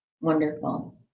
wonderful